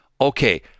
okay